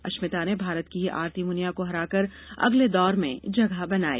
अश्मिता ने भारत की ही आरती मुनिया को हराकर अगले दौर में जगह बनाई